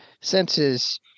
senses